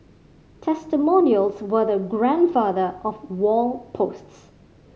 testimonials were the grandfather of wall posts